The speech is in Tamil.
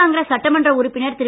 காங்கிரஸ் சட்டமன்ற உறுப்பினர் திரு